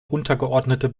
untergeordnete